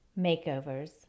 Makeovers